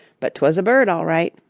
but twas a bird, all right.